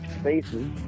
Spaces